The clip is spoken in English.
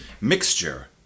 mixture